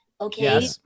Okay